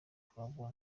twavuga